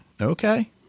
okay